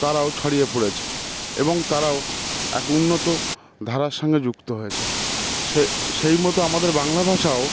তারাও ছড়িয়ে পড়েছে এবং তারাও এক উন্নত ধারার সঙ্গে যুক্ত হয়েছে সে সেই মতো আমাদের বাংলা ভাষাও